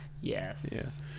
Yes